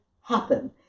happen